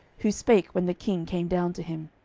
who spake when the king came down to him.